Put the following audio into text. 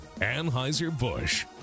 Anheuser-Busch